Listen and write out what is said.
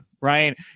Right